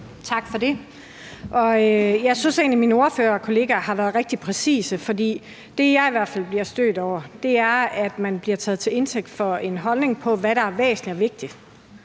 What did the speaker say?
Tak for det. Jeg synes egentlig, at mine ordførerkollegaer har været rigtig præcise. Det, jeg i hvert fald bliver stødt over, er, at man bliver taget til indtægt for en holdning til, hvad der er væsentligt og vigtigt.